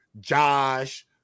Josh